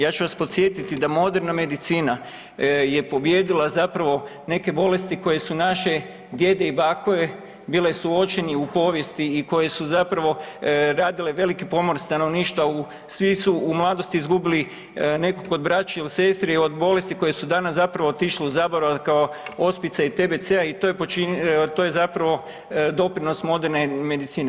Ja ću vas podsjetiti da moderna medicina je pobijedila zapravo neke bolesti koje su naši djede i bake bile suočeni u povijesti i koje su zapravo radile veliki pomor stanovništva u, svi su u mladosti izgubili nekog od braće ili sestre i od bolesti koje su danas zapravo otišle u zaborav kao ospice ili TBC-a i to je, to je zapravo doprinos moderne medicine.